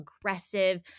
aggressive